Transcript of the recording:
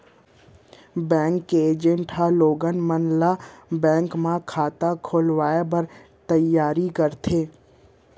bank के agent ह लोगन मन ल बेंक म खाता खोलवाए बर तइयार करथे